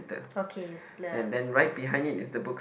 okay love